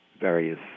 Various